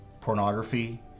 Pornography